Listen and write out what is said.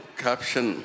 caption